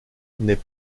n’est